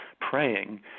praying